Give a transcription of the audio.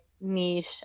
niche